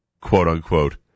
quote-unquote